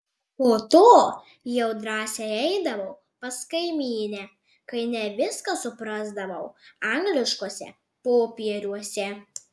po to jau drąsiai eidavau pas kaimynę kai ne viską suprasdavau angliškuose popieriuose